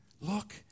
Look